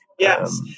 Yes